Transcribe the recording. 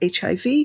HIV